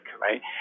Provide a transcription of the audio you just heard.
right